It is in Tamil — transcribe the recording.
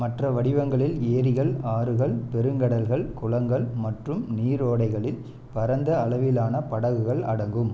மற்ற வடிவங்களில் ஏரிகள் ஆறுகள் பெருங்கடல்கள் குளங்கள் மற்றும் நீரோடைகளில் பரந்த அளவிலான படகுகள் அடங்கும்